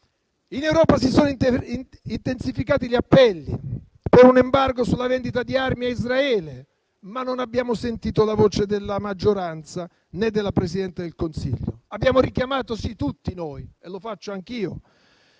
In Europa si sono intensificati gli appelli con un embargo sulla vendita di armi a Israele, ma non abbiamo sentito la voce della maggioranza, né della Presidente del Consiglio. Abbiamo richiamato tutti noi - e lo faccio anch'io